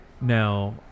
Now